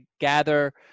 gather